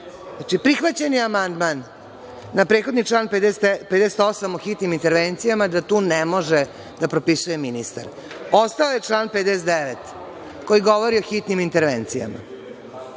Znači, prihvaćen je amandman na prethodni član 58. o hitnim intervencijama, da tu ne može da propisuje ministar. Ostaje član 59. koji govori o hitnim intervencijama. Možete